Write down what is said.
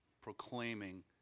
proclaiming